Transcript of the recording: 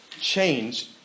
change